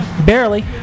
barely